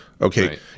Okay